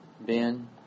Ben